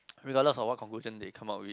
regardless of what conclusion they come up with